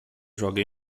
joga